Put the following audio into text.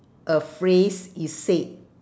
a phrase is said